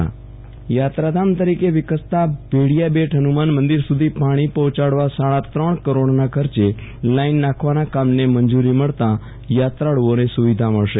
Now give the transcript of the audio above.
વિરલ રાણા ભેડીયાબેટ હનુમાન યાત્રાધામ તરીકે વિકસતા ભેડિયાબેટ હનુમાન મંદિર સુધી પાણી પહોંચાડવા સાડા કરોડના ખર્ચે લાઇન નાખવાના કામને મંજૂરી મળતાં યાત્રાળુઓને સુવિધા મળશે